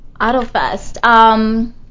Autofest